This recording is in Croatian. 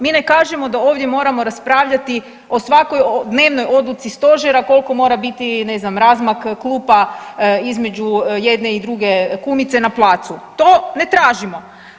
Mi ne kažemo da ovdje moramo raspravljati o svakoj dnevnoj odluci Stožera koliko mora biti razmak klupa između jedne i druge kumice na placu to ne tražimo.